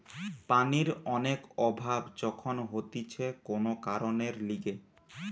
পানির অনেক অভাব যখন হতিছে কোন কারণের লিগে